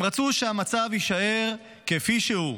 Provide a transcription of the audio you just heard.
הם רצו שהמצב יישאר כפי שהוא,